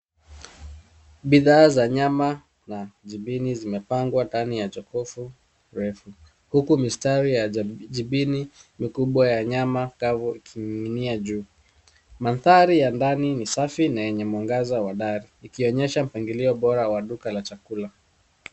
Bidhaa za nyama na jibini zimepangwa ndani ya jokofu refu, huku mistari ya jibini mikubwa ya nyama kavu ikining'inia juu. Mandhari ya ndani ni safi na yenye mwangaza wa dari, ikionyesha mpangilio bora wa duka la chakula.